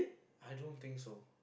I don't think so